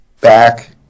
back